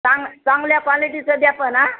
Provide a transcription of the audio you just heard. चांग चांगल्या क्वालिटीचं द्या पण हां